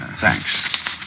Thanks